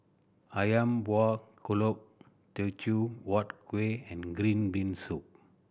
Ayam Buah Keluak Teochew Huat Kuih and green bean soup